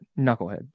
knucklehead